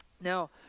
Now